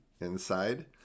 inside